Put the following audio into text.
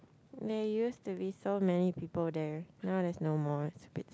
there used to be so many people there now there's no more it's a bit